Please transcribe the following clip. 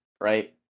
Right